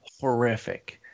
horrific